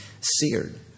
seared